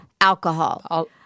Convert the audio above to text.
alcohol